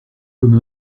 comme